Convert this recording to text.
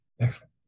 excellent